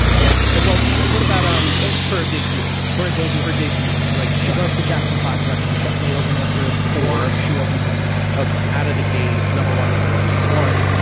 yeah. well but what about um for a debut. for a debut. for debut. because like she broke the jackson five s record which they opened their career with for she opened with fobt. ok. out of the gate, number one. number one, number one,